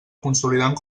consolidant